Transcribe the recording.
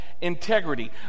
integrity